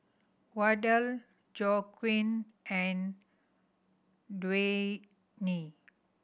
Wardell Joaquin and Dwayne